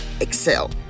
excel